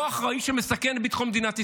לא אחראי, שמסכן את ביטחון מדינת ישראל.